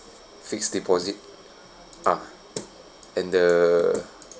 fixed deposit ah and the